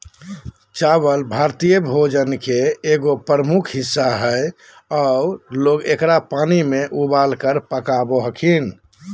चावल भारतीय भोजन के एगो प्रमुख हिस्सा हइ आऊ लोग एकरा पानी में उबालकर पकाबो हखिन